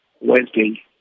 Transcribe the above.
Wednesday